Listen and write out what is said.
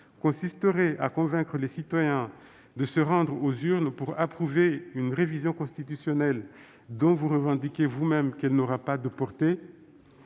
consisterait à convaincre les citoyens de se rendre aux urnes pour approuver une révision constitutionnelle, dont vous revendiquez vous-mêmes qu'elle n'aura pas de portée ?